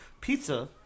Pizza